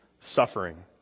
suffering